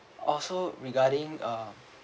also regarding uh